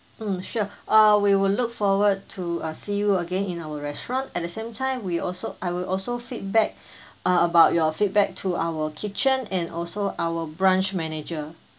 mm sure uh we will look forward to uh see you again in our restaurant at the same time we also I will also feedback uh about your feedback to our kitchen and also our branch manager